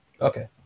Okay